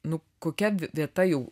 nu kokia vieta jau